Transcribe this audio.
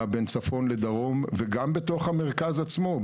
בין צפון לדרום וגם בתוך המרכז עצמו,